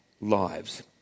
lives